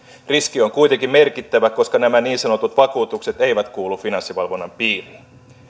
riski on kuitenkin merkittävä koska nämä niin sanotut vakuutukset eivät kuulu finanssivalvonnan piiriin